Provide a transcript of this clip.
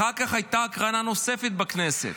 אחר כך הייתה הקרנה נוספת בכנסת.